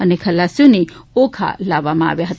અને તમામ ખલાસીઓને ઓખા લાવવામાં આવ્યા હતા